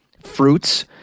fruits